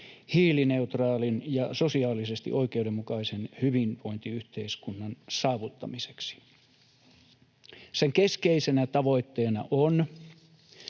hiilineutraalin ja sosiaalisesti oikeudenmukaisen hyvinvointiyhteiskunnan saavuttamiseksi. Sen keskeisenä tavoitteena on,